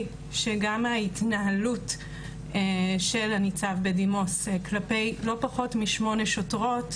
שגם ההתנהלות של הניצב בדימוס כלפי לא פחות משמונה שוטרות